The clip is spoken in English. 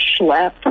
schlep